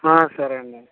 సరే అండి